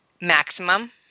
maximum